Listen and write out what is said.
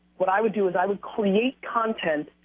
what i would do is i would create content,